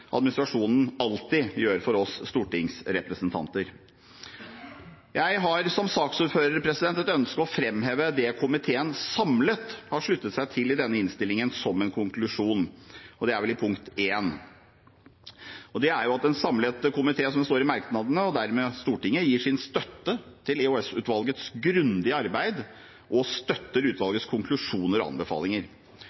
administrasjonen alltid gjør for oss stortingsrepresentanter. Jeg har som saksordfører et ønske om å framheve det komiteen samlet har sluttet seg til i denne innstillingen som en konklusjon, og det er vel i punkt I. Det er at en samlet komité, som det står i merknadene, og dermed Stortinget, gir sin støtte til EOS-utvalgets grundige arbeid og støtter